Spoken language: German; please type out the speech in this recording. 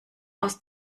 aus